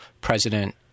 President